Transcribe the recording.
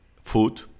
food